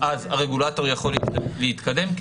הרגולטור יכול להתקדם,